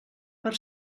per